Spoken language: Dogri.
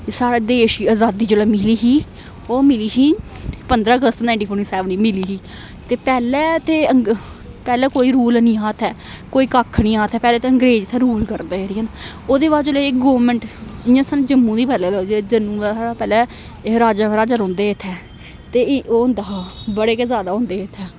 साढ़े देश अजादी जेल्लै मिली ही ओह् मिली ही पंदरां अगस्त नाइनटी फोर्टी सैवन मिली ही ते पैह्लें ते पैह्लें कोई रूल निं हा इत्थै कोई कक्ख नि हा पैह्ल ते अंग्रेज इत्थै रूल करदे हे न ओह्दे बाद जेल्लै गौरमेंट जम्मू दी पैह्ल जम्मू दा साा पैह्ल राजा महाराजा रौंह् हे इत्थै ते ओह् होंदा हा बड़े गै जादा होंदे हे इत्थै